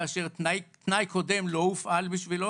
כאשר תנאי קודם לא הופעל בשבילו.